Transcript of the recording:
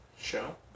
Show